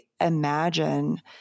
imagine